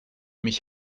mich